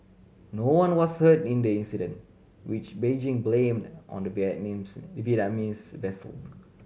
no one was hurt in the incident which Beijing blamed on the Vietnamese Vietnamese vessel